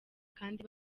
kandi